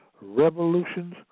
Revolutions